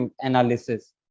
analysis